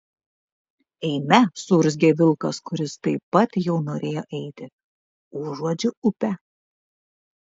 eime suurzgė vilkas kuris taip pat jau norėjo eiti užuodžiu upę